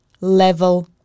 level